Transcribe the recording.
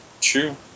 True